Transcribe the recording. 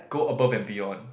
go above and beyond